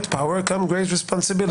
power comes great responsibility.